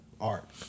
art